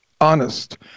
honest